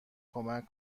کمک